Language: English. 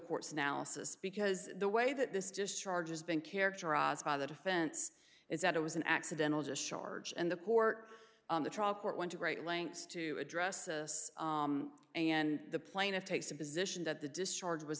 court's analysis because the way that this just charges being characterized by the defense is that it was an accidental discharge and the court the trial court went to great lengths to address this and the plaintiff takes the position that the discharge was